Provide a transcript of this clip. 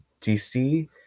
DC